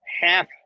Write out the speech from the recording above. half